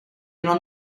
non